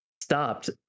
stopped